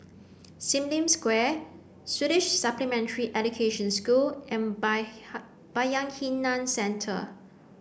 Sim Lim Square Swedish Supplementary Education School and Bayanihan Center